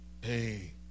hey